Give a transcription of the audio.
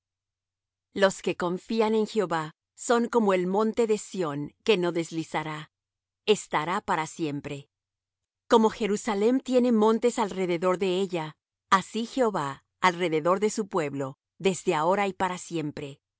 los que confían en jehová son como el monte de sión que no deslizará estará para siempre como jerusalem tiene montes alrededor de ella así jehová alrededor de su pueblo desde ahora y para siempre